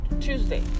Tuesday